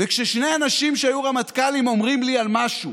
כששני האנשים שהיו רמטכ"לים אומרים לי על משהו